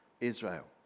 Israel